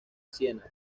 siena